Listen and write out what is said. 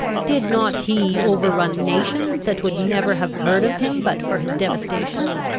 did not he over-run nations that would never have heard of him but for his devastations?